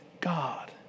God